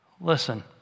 Listen